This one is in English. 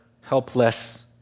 helpless